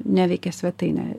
neveikė svetainė